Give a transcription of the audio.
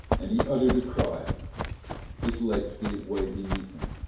and he uttered a cry his legs gave way beneath him,